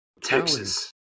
Texas